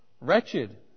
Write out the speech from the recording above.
wretched